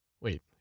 Wait